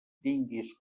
tinguis